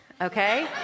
okay